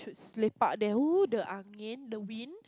just lepak there the the wind